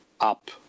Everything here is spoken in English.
up